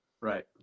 Right